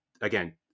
again